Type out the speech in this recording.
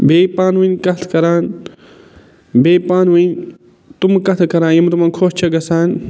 بیٚیہِ پانہٕ وٲنۍ کَتھ کران بیٚیہِ پانہٕ وٲنۍ تٔمہٕ کَتھٕ کران یِم تِمَن خۄش چھِ گژھان